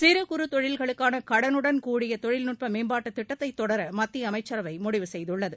சிறு குறு தொழில்களுக்கான கடனுடன்கூடிய தொழில்நுட்ப மேம்பாட்டுத் திட்டத்தை தொடர மத்திய அமைச்சரவை முடிவு செய்துள்ளது